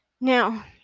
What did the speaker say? now